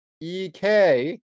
EK